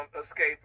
escape